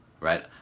right